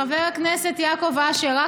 חבר הכנסת יעקב אשר,